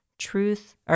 Truth